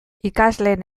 ikasleen